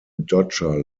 dodger